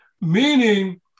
meaning